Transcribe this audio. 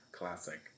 Classic